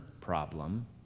problem